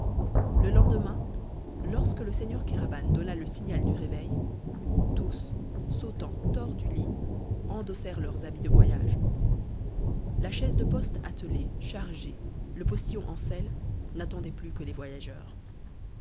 le lendemain lorsque le seigneur kéraban donna le signal du réveil tous sautant hors du lit endossèrent leurs habits de voyage la chaise de poste attellée chargée le postillon en selle n'attendait plus que les voyageurs